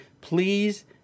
Please